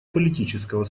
политического